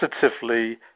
positively